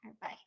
Bye